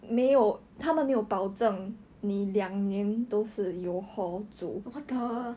what the